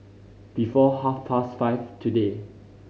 before half past five today